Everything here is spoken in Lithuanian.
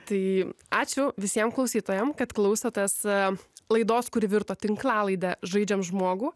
tai ačiū visiem klausytojam kad klausotės laidos kuri virto tinklalaide žaidžiam žmogų